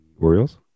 Orioles